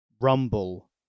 rumble